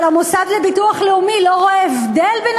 אבל המוסד לביטוח לאומי לא רואה הבדל בין